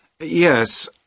Yes